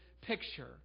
picture